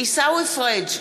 עיסאווי פריג'